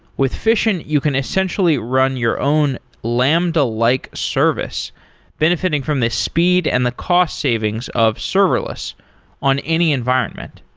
with fission, you can essentially run your own lambda-like service benefiting from the speed and the cost savings of serverless on any environment.